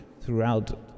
throughout